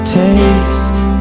taste